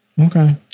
Okay